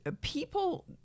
people